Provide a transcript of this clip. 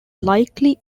likely